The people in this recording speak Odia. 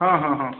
ହଁ ହଁ ହଁ